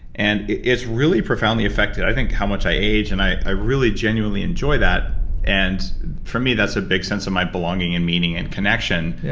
and it's really profoundly affected i think how much i age, and i really genuinely enjoy that for me, that's a big sense of my belonging and meaning and connection.